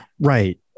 right